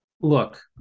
Look